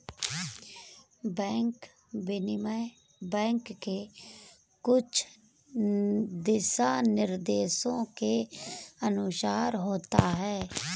bank विनिमय bank के कुछ दिशानिर्देशों के अनुसार होता है